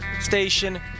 Station